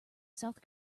south